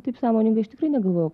taip sąmoningai aš tikrai negalvojau